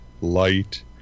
light